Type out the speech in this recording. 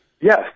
Yes